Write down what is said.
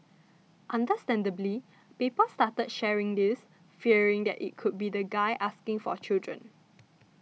understandably people started sharing this fearing that it could be that guy asking for a children